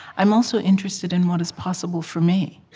i'm also interested in what is possible for me,